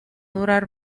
durar